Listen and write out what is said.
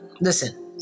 listen